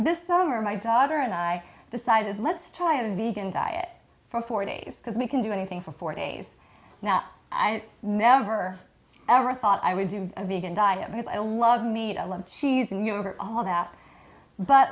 this summer my daughter and i decided let's try a vegan diet for four days because we can do anything for four days now and i never ever thought i was in a vegan diet because i love me to love cheese and yogurt all that but